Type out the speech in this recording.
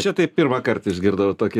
čia tai pirmą kart išgirdau tokį